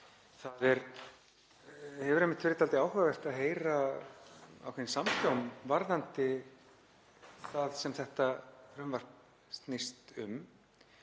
það hefur einmitt verið dálítið áhugavert að heyra ákveðinn samhljóm varðandi það sem þetta frumvarp snýst um.